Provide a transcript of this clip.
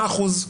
מהו האחוז?